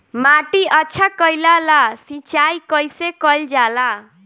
माटी अच्छा कइला ला सिंचाई कइसे कइल जाला?